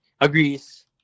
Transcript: agrees